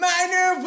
Minor